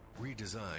redesigned